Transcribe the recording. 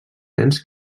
dens